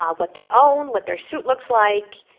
um what they own, what their suit looks like.